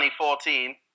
2014